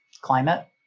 climate